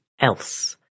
else